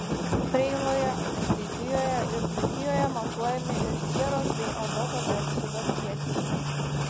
preiloje aukštaitijoje ir dzūkijoje matuojami ir sieros bei azoto dioksido kiekiai